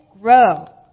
grow